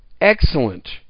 Excellent